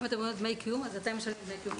אני אומרת דמי קיום אז אתם משלמים דמי קיום,